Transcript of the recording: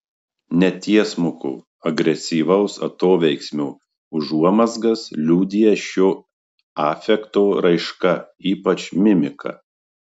netiesmuko agresyvaus atoveiksmio užuomazgas liudija šio afekto raiška ypač mimika